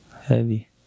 heavy